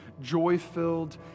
joy-filled